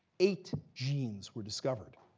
eight genes were discovered.